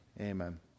Amen